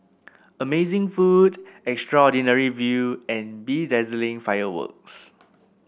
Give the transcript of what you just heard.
amazing food extraordinary view and bedazzling fireworks